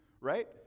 right